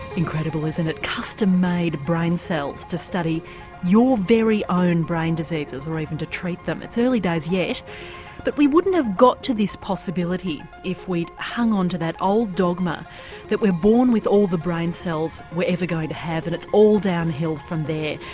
incredible isn't it, custom-made brain cells to study your very own brain diseases or even to treat them. it's early days yet but we wouldn't have got to this possibility if we'd hung on to that old dogma that we're born with all the brain cells we're ever going to have and it's all downhill from there.